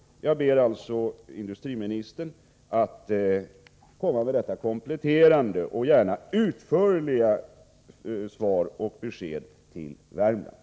Jag ber alltså industriministern att lämna ett kompletterande och gärna utförligare svar på dessa punkter som ett besked till Värmland.